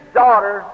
daughter